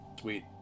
Sweet